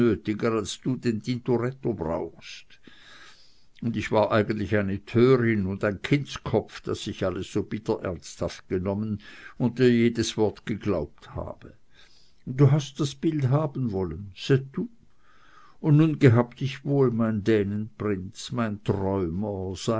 als du den tintoretto brauchst und ich war eigentlich eine törin und ein kindskopf daß ich alles so bitter ernsthaft genommen und dir jedes wort geglaubt habe du hast das bild haben wollen c'est tout und nun gehab dich wohl mein dänenprinz mein träumer